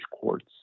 courts